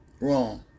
wrong